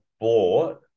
bought